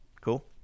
Cool